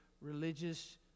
religious